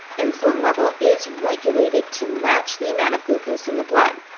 insulin level is regulated to match the amount of glucose in the blood,